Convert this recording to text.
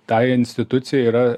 tai institucijai yra